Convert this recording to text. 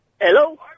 Hello